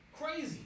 Crazy